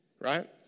right